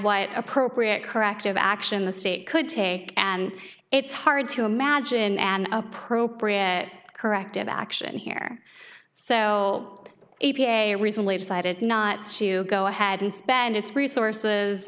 what appropriate corrective action the state could take and it's hard to imagine an appropriate corrective action here so a p a recently decided not to go ahead and spend its resources